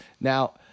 Now